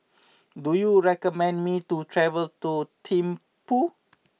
do you recommend me to travel to Thimphu